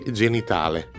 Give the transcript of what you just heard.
genitale